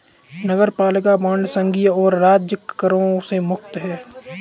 नगरपालिका बांड संघीय और राज्य करों से मुक्त हैं